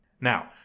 Now